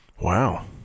Wow